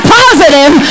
positive